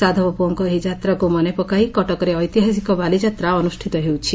ସାଧବ ପୁଅଙ୍କ ଏହି ଯାତ୍ରାକୁ ମନେପକାଇ କଟକରେ ଐତିହାସିକ ବାଲିଯାତ୍ରା ଅନୁଷ୍ଷିତ ହେଉଛି